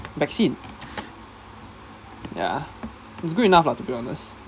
vaccine ya it's good enough lah to be honest